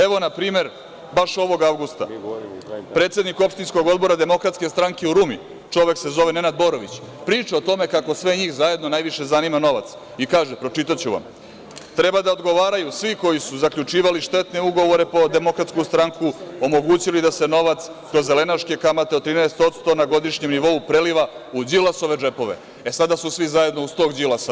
Evo, na primer, baš ovog avgusta, predsednik opštinskog odbora DS u Rumi, čovek se zove Nenad Borović, priča o tome kako sve njih zajedno najviše zanima novac i kaže: „Treba da odgovaraju svi koji su zaključivali štetne ugovore po Demokratsku stranku, omogućili da se novac kroz zelenaške kamate od 13% na godišnjem nivou preliva u Đilasove džepove.“ E, sada su svi zajedno uz tog Đilasa.